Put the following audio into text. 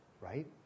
Right